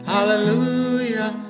Hallelujah